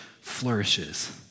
flourishes